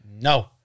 No